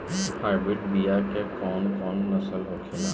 Hybrid बीया के कौन कौन नस्ल होखेला?